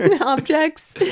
objects